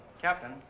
captain